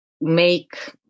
make